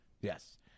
Yes